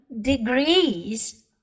degrees